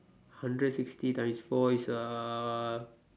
hundred sixty times four is uh